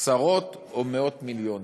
עשרות או מאות מיליונים.